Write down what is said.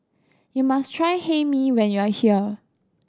you must try Hae Mee when you are here